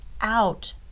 out